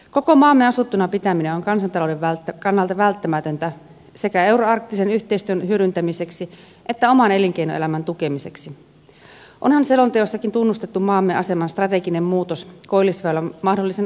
koko maamme asuttuna pitäminen on kansantalouden kannalta välttämätöntä sekä euroarktisen yhteistyön hyödyntämiseksi että oman elinkeinoelämän tukemiseksi onhan selonteossakin tunnustettu maamme aseman strateginen muutos koillisväylän mahdollisen avautumisen myötä